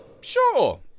Sure